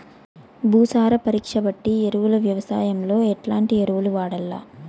భూసార పరీక్ష బట్టి ఎరువులు వ్యవసాయంలో ఎట్లాంటి ఎరువులు వాడల్ల?